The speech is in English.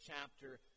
chapter